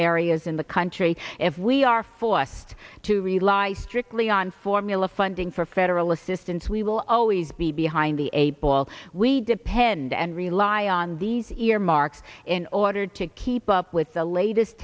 areas in the country if we are full act to rely strictly on formula funding for federal assistance we will always be behind the eight ball we depend and rely on these earmarks in order to keep up with the latest